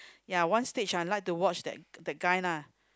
ya one stage I like to watch that that guy lah